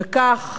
אמרתי,